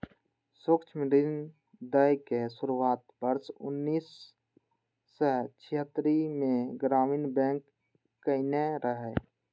सूक्ष्म ऋण दै के शुरुआत वर्ष उन्नैस सय छिहत्तरि मे ग्रामीण बैंक कयने रहै